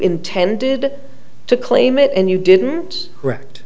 intended to claim it and you didn't correct